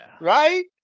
right